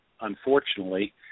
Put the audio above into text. unfortunately